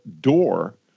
door